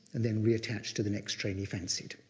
and then reattach to the next train he fancied.